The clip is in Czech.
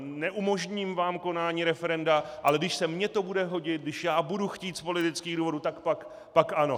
Neumožním vám konání referenda, ale když se mně to bude hodit, když já budu chtít z politických důvodů, tak pak ano.